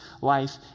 life